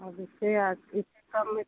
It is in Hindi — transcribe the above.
अब इससे इससे कम में